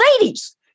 ladies